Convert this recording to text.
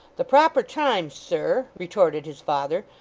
the proper time, sir retorted his father,